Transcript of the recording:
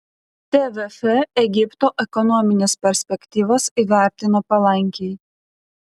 tvf egipto ekonomines perspektyvas įvertino palankiai